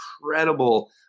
incredible